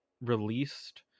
released